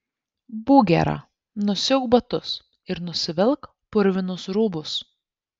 būk gera nusiauk batus ir nusivilk purvinus rūbus